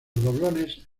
doblones